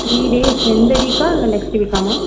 three days இந்த வீக்கா இல்லை நெக்ஸ்ட்டு வீக்காமா